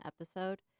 episode